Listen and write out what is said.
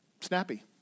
snappy